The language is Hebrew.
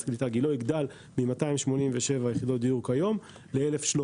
קליטה גילה יגדל מ-287 יחידות דיור היום ל-1,300.